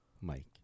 Mike